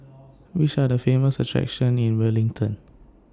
Which Are The Famous attractions in Wellington